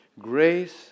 grace